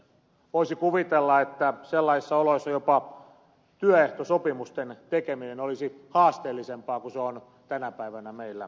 voisi kuvitella että sellaisissa oloissa jopa työehtosopimusten tekeminen olisi haasteellisempaa kuin se on tänä päivänä meillä ollut